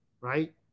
right